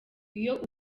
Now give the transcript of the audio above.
iyo